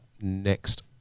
next